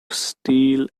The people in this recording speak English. steel